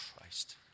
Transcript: Christ